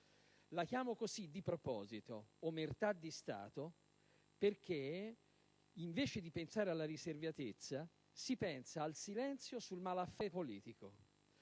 La chiamo così di proposito - omertà di Stato - perché, invece di pensare alla riservatezza, si pensa al silenzio sul malaffare politico.